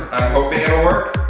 hoping it'll work,